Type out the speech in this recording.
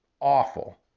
awful